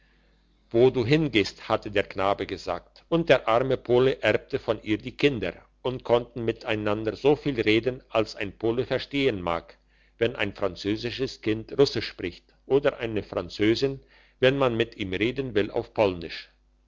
wo du hingehst hatte der knabe gesagt und der arme pole erbte von ihr die kinder und konnten miteinander so viel reden als ein pole verstehen mag wenn ein französisches kind russisch spricht oder ein französlein wenn man mit ihm reden will auf polnisch